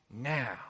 now